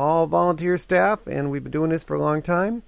all volunteer staff and we've been doing this for a long time